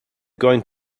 going